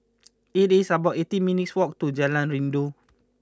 it is about eighteen minutes' walk to Jalan Rindu